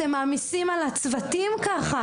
אתם מעמיסים על הצוותים ככה.